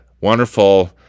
wonderful